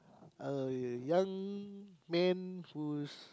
a young man who's